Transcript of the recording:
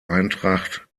eintracht